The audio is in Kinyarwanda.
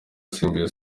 asimbuye